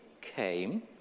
came